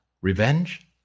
Revenge